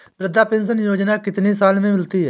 वृद्धा पेंशन योजना कितनी साल से मिलती है?